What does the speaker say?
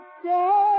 stay